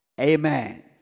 Amen